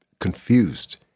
Confused